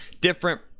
different